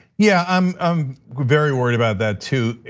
yeah, i'm um very worried about that too.